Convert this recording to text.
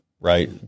right